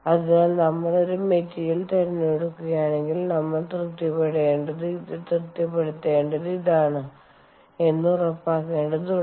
അതിനാൽ നമ്മൾ ഒരു മെറ്റീരിയൽ തിരഞ്ഞെടുക്കുകയാണെങ്കിൽ നമ്മൾ തൃപ്തിപ്പെടുത്തേണ്ടത് ഇതാണ് എന്ന് ഉറപ്പാക്കേണ്ടതുണ്ട്